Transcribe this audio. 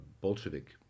Bolshevik